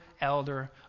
elder